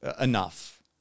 enough